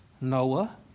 Noah